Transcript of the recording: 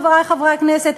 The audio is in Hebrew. חברי חברי הכנסת,